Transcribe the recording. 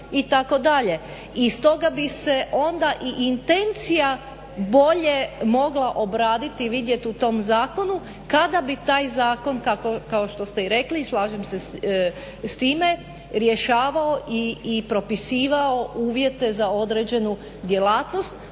I stoga bi se onda i intencija bolje mogla obraditi i vidjeti u tom zakonu kada bi taj zakon kao što ste i rekli i slažem se s time, rješavao i propisivao uvjete za određenu djelatnost